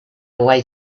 away